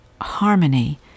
harmony